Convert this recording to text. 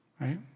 right